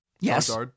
yes